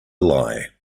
lie